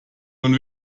nun